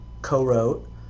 co-wrote